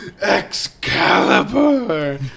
Excalibur